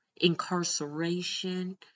incarceration